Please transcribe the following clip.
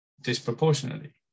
disproportionately